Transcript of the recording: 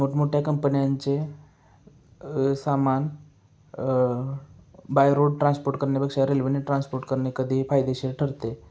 मोठमोठ्या कंपन्यांचे सामान बाय रोड ट्रान्सपोर्ट करण्यापेक्षा रेल्वेने ट्रान्सपोर्ट करणे कधीही फायदेशीर ठरते